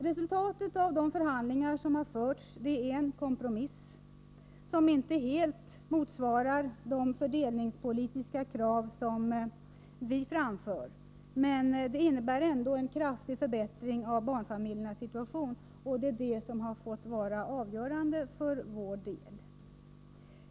Resultatet av de förhandlingar som har förts är en kompromiss, som inte helt motsvarar de fördelningspolitiska krav som vi framför, men det innebär ändå en kraftig förbättring av barnfamiljernas situation, och det är det som har fått vara avgörande för vår del.